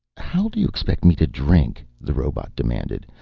how do you expect me to drink? the robot demanded.